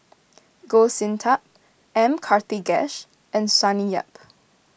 Goh Sin Tub M Karthigesu and Sonny Yap